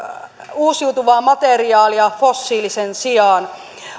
uusiutuvaa materiaalia fossiilisen sijaan